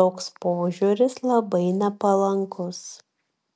toks požiūris labai nepalankus